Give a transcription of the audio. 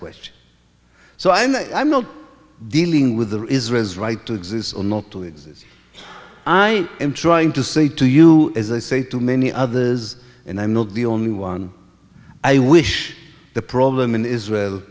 question so i'm i'm not dealing with israel's right to exist or not to exist i am trying to say to you as i say to many others and i'm not the only one i wish the problem in israel